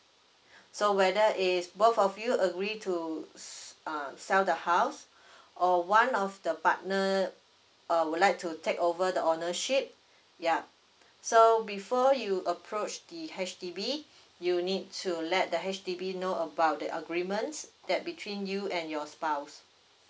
so whether is both of you agree to uh sell the house or one of the partner uh would like to take over the ownership yup so before you approach the H_D_B you need to let the H_D_B know about the agreements that between you and your spouse